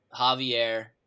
javier